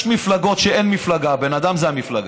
יש מפלגות של אין מפלגה, הבן אדם זה המפלגה,